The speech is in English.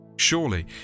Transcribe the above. Surely